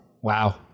Wow